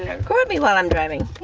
record me while i'm driving?